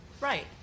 Right